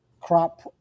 crop